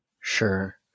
Sure